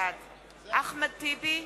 בעד אחמד טיבי,